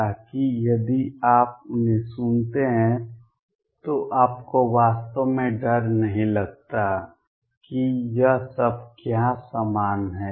ताकि यदि आप उन्हें सुनते हैं तो आपको वास्तव में डर नहीं लगता कि यह सब क्या समान है